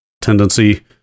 tendency